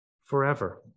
forever